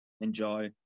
enjoy